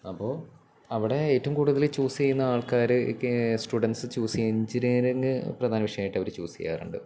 അപ്പോള് അവിടെ ഏറ്റവും കൂടുതല് ചൂസ് ചെയ്യുന്ന ആൾക്കാര് സ്റ്റുഡൻറ്സ് ചൂസ് എൻജിനീയറിങ് പ്രധാന വിഷയായിട്ട് അവര് ചൂസെയ്യാറുണ്ട്